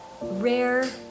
rare